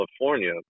California